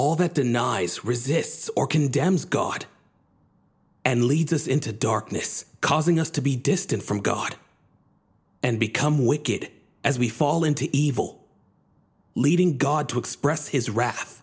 all that denies resists or condemns god and leads us into darkness causing us to be distant from god and become wicked as we fall into evil leaving god to express his wra